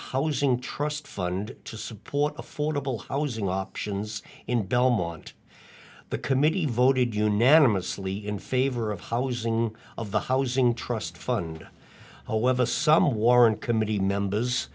housing trust fund to support affordable housing options in belmont the committee voted unanimously in favor of housing of the housing trust fund however some warrant committee members